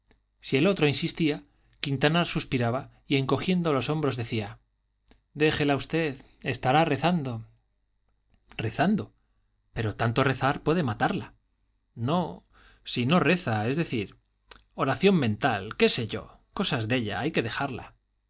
si el otro insistía quintanar suspiraba y encogiendo los hombros decía déjela usted estará rezando rezando pero tanto rezar puede matarla no si no reza es decir oración mental qué sé yo cosas de ella hay que dejarla